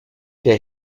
der